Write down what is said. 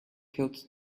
held